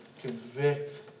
convict